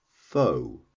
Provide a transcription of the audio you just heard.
foe